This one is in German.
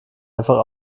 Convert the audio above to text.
einfach